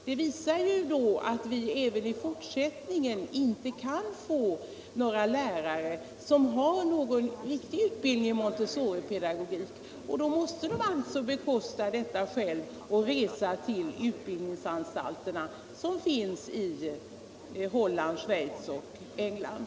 Det visar endast att vi inte heller i fortsättningen kan få några lärare som har en riktig utbildning i montessoripedagogik. De som vill ha en sådan utbildning måste bekosta den själva och resa till de utbildningsanstalter som finns i Holland, Schweiz och England.